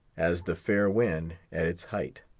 as the fair wind at its height.